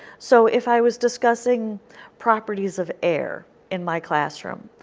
so if i was discussing properties of air in my classroom,